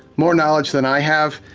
more knowledge than i have,